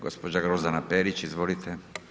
Gospođa Grozdana Perić, izvolite.